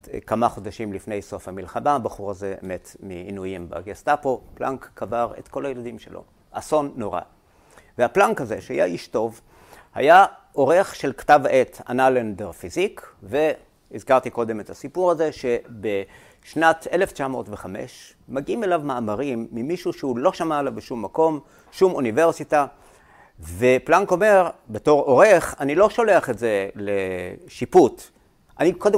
‫כמה חודשים לפני סוף המלחמה, ‫הבחור הזה מת מעינויים באגסטאפו, ‫פלאנק קבר את כל הילדים שלו. ‫אסון נורא. ‫והפלאנק הזה, שהיה איש טוב, ‫היה עורך של כתב עת, ‫אנלנדר פיזיק, ‫והזכרתי קודם את הסיפור הזה, ‫שבשנת 1905 מגיעים אליו מאמרים ‫ממישהו שהוא לא שמע עליו ‫בשום מקום, שום אוניברסיטה, ‫ופלאנק אומר, בתור עורך, ‫אני לא שולח את זה לשיפוט. ‫אני קודם...